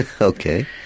Okay